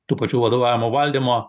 tų pačių vadovavimo valdymo